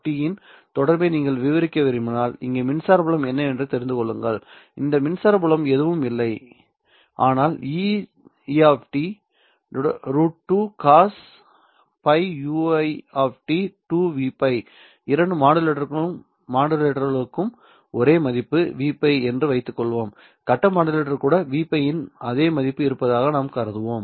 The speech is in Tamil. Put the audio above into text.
Eout இன் தொடர்பை நீங்கள் விவரிக்க விரும்பினால் இங்கே மின்சார புலம் என்னவென்று தெரிந்து கொள்ளுங்கள் இந்த மின்சார புலம் எதுவும் இல்லை ஆனால் E¿ √2 cos ⁡π ui 2 V π இரண்டு மாடுலேட்டர்களுக்கும் ஒரே மதிப்பு V π என்று வைத்துக் கொள்வோம் கட்ட மாடுலேட்டருக்கு கூட V π இன் அதே மதிப்பு இருப்பதாக நாம் கருதுவோம்